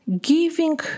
giving